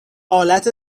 آلت